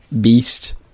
beast